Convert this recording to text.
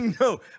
No